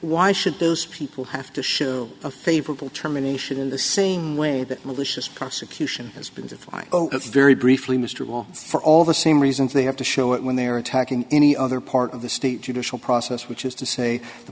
why should those people have to show a favorable terminations in the sing way that malicious prosecution is because of its very briefly mr will for all the same reasons they have to show it when they are attacking any other part of the state judicial process which is to say the